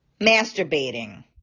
masturbating